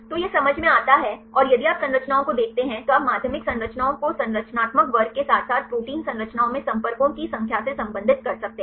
तो यह समझ में आता है और यदि आप संरचनाओं को देखते हैं तो आप माध्यमिक संरचनाओं को संरचनात्मक वर्ग के साथ साथ प्रोटीन संरचनाओं में संपर्कों की संख्या से संबंधित कर सकते हैं